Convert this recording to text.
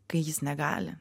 kai jis negali